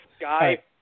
guy